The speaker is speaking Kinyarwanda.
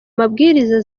mabwiriza